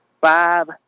five